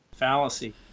fallacy